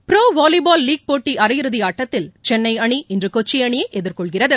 bro volleyball league போட்டி அரையிறுதி ஆட்டத்தில் சென்னை அணி இன்று கொச்சி அணியை எதிர்கொள்கிறது